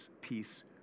peace